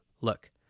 Look